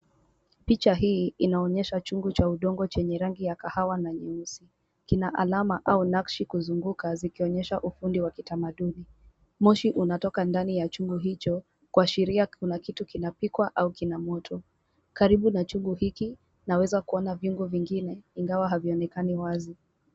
Picha hii inaonyesha chungu cha udongo chenye rangi ya kahawa na nyeusi . Kina alama au nakshi kuzunguka zikionyesha ufundi wa kitamaduni. Moshi unatoka ndani ya chungu hicho kuashiria kuna kitu kinapikwa ama kina moto. Karibu na chungu hiki naweza kuona vyungu vingine ingawa havionekani wazi.